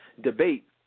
debate